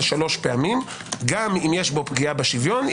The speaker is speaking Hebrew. שלוש פעמים גם אם יש בו פגיעה בשוויון,